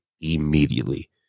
immediately